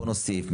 בוא נוסף,